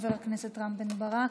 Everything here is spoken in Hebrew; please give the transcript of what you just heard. חבר הכנסת רם בן ברק,